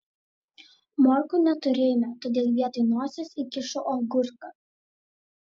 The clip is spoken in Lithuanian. morkų neturėjome todėl vietoj nosies įkišau agurką